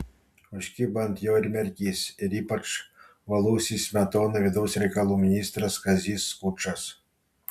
užkibo ant jo ir merkys ir ypač uolusis smetonai vidaus reikalų ministras kazys skučas